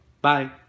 Bye